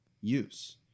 use